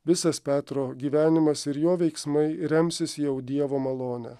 visas petro gyvenimas ir jo veiksmai remsis jau dievo malone